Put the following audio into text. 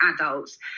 adults